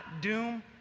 doom